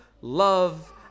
Love